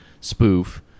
spoof